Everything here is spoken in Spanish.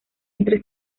entre